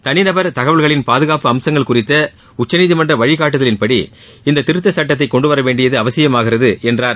தனிநபர் தகவல்களின் பாதுகாப்பு அம்சங்கள் குறித்த உச்சநீதிமன்ற வழிகாட்டுதலின்படி இந்த திருத்தச் சுட்டத்தை கொண்டுவரவேண்டியது அவசியமாகிறது என்றார்